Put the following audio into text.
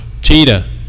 Cheetah